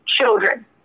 children